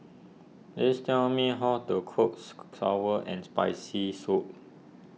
please tell me how to cook Sour and Spicy Soup